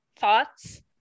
Thoughts